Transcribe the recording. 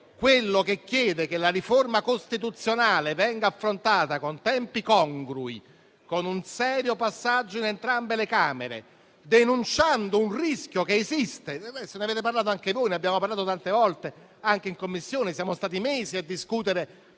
si chiede invece che la riforma costituzionale venga affrontata in tempi congrui e con un serio passaggio in entrambe le Camere, denunciando un rischio che esiste e di cui avete e abbiamo parlato tante volte anche in Commissione. Siamo stati mesi a discutere